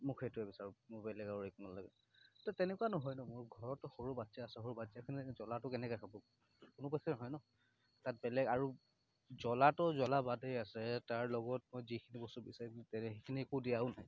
মোক সেইটোৱে বিচাৰোঁ মোক বেলেগ আৰু একো নেলাগে তো তেনেকুৱা নহয় ন মোৰ ঘৰতটো সৰু বাচ্ছা আছে সৰু বাচ্ছাখিনি জ্বলাটো কেনেকৈ খাব কোনো কথাতে নহয় ন তাত বেলেগ আৰু জ্বলাটো জ্বলা বাদেই আছে তাৰ লগত মই যিখিনি বস্তু বিচাৰিছোঁ তেনে সেইখিনি একো দিয়াও নাই